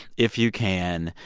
if you can,